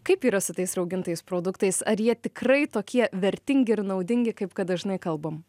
kaip yra su tais raugintais produktais ar jie tikrai tokie vertingi ir naudingi kaip kad dažnai kalbam